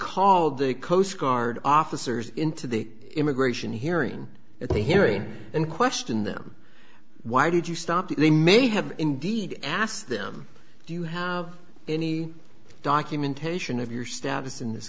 called the coast guard officers into the immigration hearing at the hearing and questioned them why did you stop you may have indeed asked them do you have any documentation of your status in this